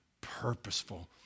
purposeful